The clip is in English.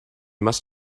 must